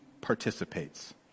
participates